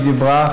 שדיברה,